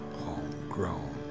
homegrown